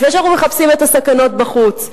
לפני שאנחנו מחפשים את הסכנות בחוץ,